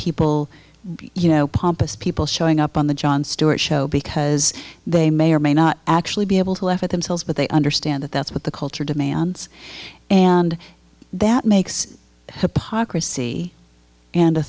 people you know pompous people showing up on the jon stewart show because they may or may not actually be able to laugh at themselves but they understand that that's what the culture demands and that makes